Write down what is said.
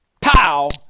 pow